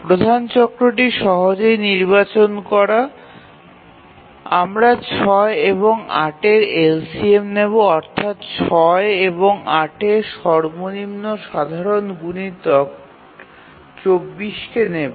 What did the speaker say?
প্রধান চক্রটি সহজেই নির্বাচন করা আমরা ৬ এবং ৮ এর LCM নেব অর্থাৎ ৬ এবং ৮ এর সর্বনিম্ন সাধারণ গুনিতক ২৪ কে নেব